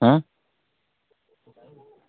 अं